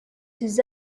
ces